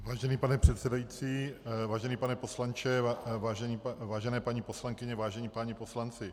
Vážený pane předsedající, vážený pane poslanče, vážené paní poslankyně, vážení páni poslanci.